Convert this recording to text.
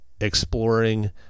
exploring